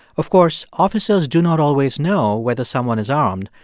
of course, officers do not always know whether someone is armed.